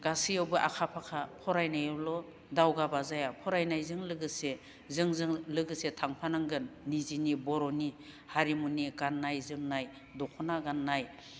गासैयावबो आखा फाखा फरायनायावल' दावगाबा जाया फरायनायजों लोगोसे जोंजों लोगोसे थांफानांगोन निजेनि बर'नि हारिमुनि गाननाय जोमनाय दखना गाननाय